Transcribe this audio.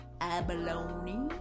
Abalone